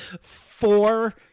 four